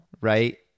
right